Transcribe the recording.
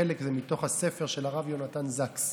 חלק זה מתוך הספר של הרב יונתן זקס